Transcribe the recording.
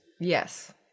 Yes